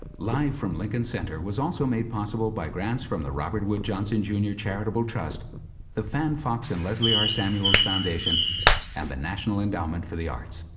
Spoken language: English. live from lincoln center is also made possible by grants from the robert wood johnson jr. charitable trust the fan fox and leslie r samuels foundation and the national endowment for the arts.